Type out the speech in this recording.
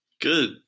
Good